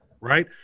Right